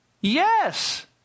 Yes